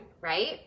right